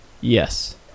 Yes